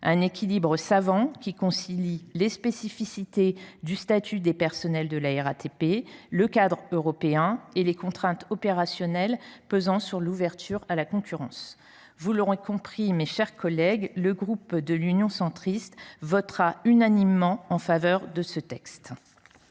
d’un équilibre savant qui concilie les spécificités du statut des personnels de la RATP avec le cadre européen et les contraintes opérationnelles pesant sur l’ouverture à la concurrence. Vous l’aurez compris, mes chers collègues, le groupe Union Centriste votera unanimement en faveur de ce texte.